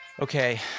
okay